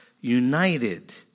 united